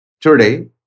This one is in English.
today